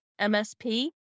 MSP